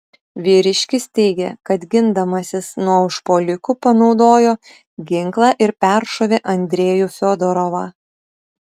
vyriškis teigė kad gindamasis nuo užpuolikų panaudojo ginklą ir peršovė andrejų fiodorovą